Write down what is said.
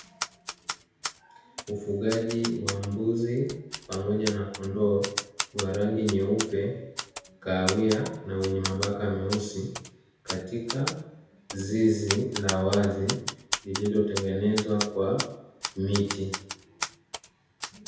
Ufugaji wa mbuzi pamoja na kondoo wa rangi nyeupe, kahawia na wenye mabaka meusi katika zizi la wazi lililotengenezwa kwa miti.